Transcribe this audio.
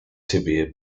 tibia